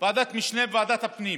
משנה בוועדת הפנים